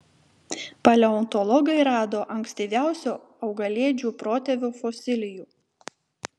paleontologai rado ankstyviausio augalėdžių protėvio fosilijų